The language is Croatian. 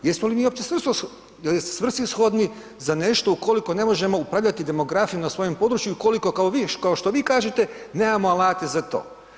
Jesmo li mi uopće svrsishodni za nešto ukoliko ne možemo upravljati demografijom na svojem području, koliko kao vi, kao što vi kažete nemamo alate za to.